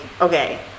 okay